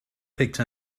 picked